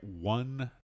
one